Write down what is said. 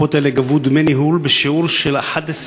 הקופות האלה גבו דמי ניהול בשיעור של 11